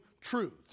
truths